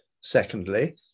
Secondly